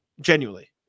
genuinely